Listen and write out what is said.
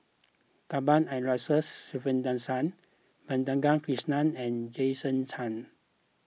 Cuthbert Aloysius Shepherdson Madhavi Krishnan and Jason Chan